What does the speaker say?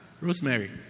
Rosemary